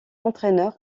entraîneur